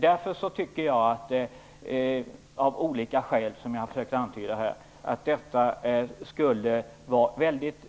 Därför tycker jag, av olika skäl som jag försökt antyda här, att det skulle vara ett